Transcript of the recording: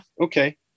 Okay